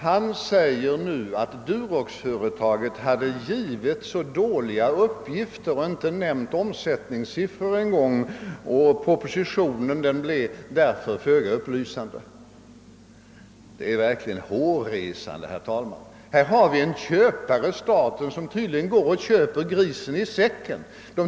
Herr Hagnell sade att durox företaget lämnat dåliga uppgifter och inte ens nämnt siffror för omsättningen och att propositionen därför blev föga upplysande. Det är verkligen hårresande, herr talman. Här har vi en köpare — staten — som tydligen går och köper grisen i säcken.